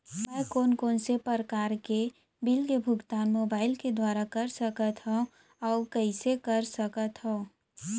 मैं कोन कोन से प्रकार के बिल के भुगतान मोबाईल के दुवारा कर सकथव अऊ कइसे कर सकथव?